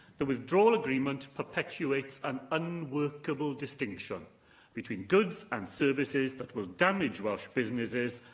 the withdrawal agreement perpetuates an unworkable distinction between goods and services that will damage welsh businesses,